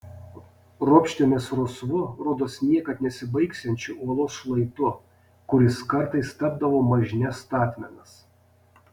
ropštėmės rusvu rodos niekad nesibaigsiančiu uolos šlaitu kuris kartais tapdavo mažne statmenas